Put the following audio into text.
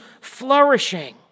flourishing